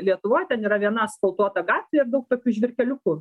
lietuvoj ten yra viena asfaltuota gatvė daug tokių žvyrkeliukų